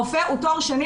רופא הוא תואר שני,